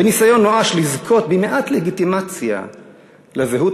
בניסיון נואש לזכות במעט לגיטימציה לזהות